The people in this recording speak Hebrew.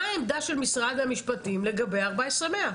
מה העמדה של משרד המשפטים לגבי 14,100?